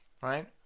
right